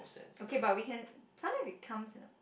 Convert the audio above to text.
okay but we can sometime it comes in a